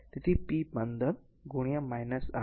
તેથી p 1 5 8 so 41